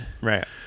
Right